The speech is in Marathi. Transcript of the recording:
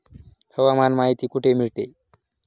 हवामान माहिती कुठे मिळते?